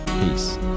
peace